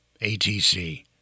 ATC